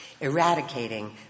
eradicating